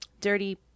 Dirty